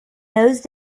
those